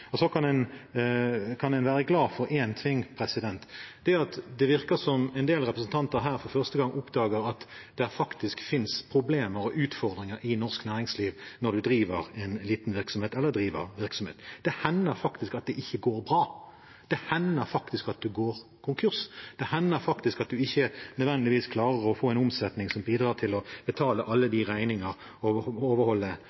Så kan en være glad for én ting: Det virker som en del representanter her for første gang oppdager at det faktisk finnes problemer og utfordringer i norsk næringsliv når en driver en virksomhet. Det hender faktisk at det ikke går bra, det hender faktisk at en går konkurs, og det hender faktisk at en ikke nødvendigvis klarer å få en omsetning som bidrar til å betale alle